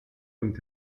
und